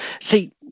See